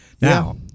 now